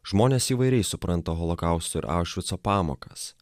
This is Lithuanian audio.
žmonės įvairiai supranta holokausto ir aušvico pamokas